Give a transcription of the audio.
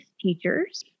teachers